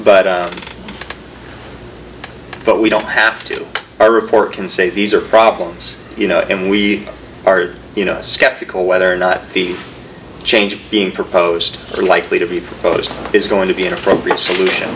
but but we don't have to i report can say these are problems you know and we are you know skeptical whether or not the changes being proposed are likely to be proposed is going to be an appropriate solution